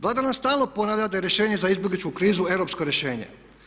Vlada nam stalno ponavlja da je rješenje za izbjegličku krizu europsko rješenje.